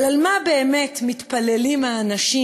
אבל על מה באמת מתפללים האנשים,